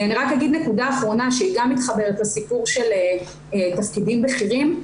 אני רק אגיד נקודה אחרונה שגם מתחברת לסיפור של תפקידים בכירים.